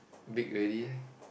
big already